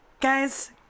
Guys